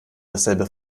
dasselbe